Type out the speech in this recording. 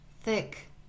thick